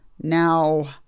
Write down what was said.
Now